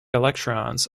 electrons